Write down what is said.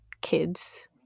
kids